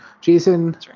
Jason